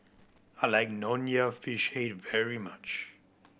I like Nonya Fish Head very much